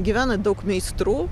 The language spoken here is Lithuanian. gyvena daug meistrų